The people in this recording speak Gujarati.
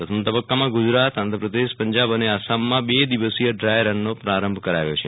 પ્રથમ તબકકામાં ગુજરાત આંધ્રપ્રદેશ પંજાબ અને આસામમાં બ દેવસીય ડાયરનનો પ્રારંભ કરાવ્યો છે